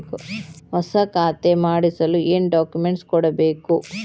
ಹೊಸ ಖಾತೆ ಮಾಡಿಸಲು ಏನು ಡಾಕುಮೆಂಟ್ಸ್ ಕೊಡಬೇಕು?